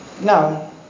Now